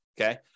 Okay